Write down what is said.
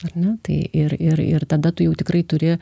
ar ne tai ir ir tada tu jau tikrai turi